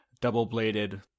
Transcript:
double-bladed